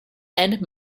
and